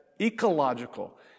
ecological